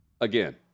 again